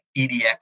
EDX